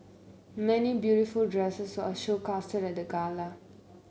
many beautiful dresses are showcased at the gala